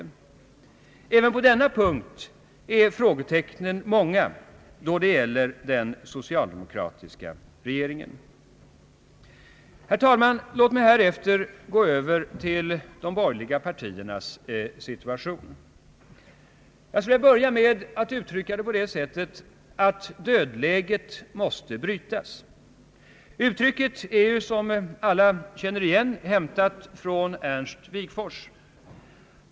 även på denna punkt är frågetecknen många då det gäller den socialdemokratiska regeringen. Herr talman! Låt mig härefter gå över till de borgerliga partiernas Ssituation. Jag vill börja med att fastslå att dödläget måste brytas. Uttrycket är, som alla känner igen, hämtat från Ernst Wigforss.